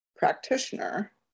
practitioner